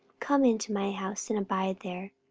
come into my house, and abide there.